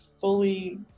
fully